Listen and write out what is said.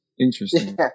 Interesting